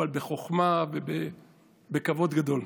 אבל בחוכמה ובכבוד גדול.